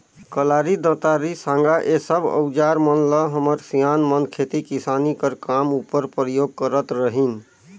कलारी, दँतारी, साँगा ए सब अउजार मन ल हमर सियान मन खेती किसानी कर काम उपर परियोग करत रहिन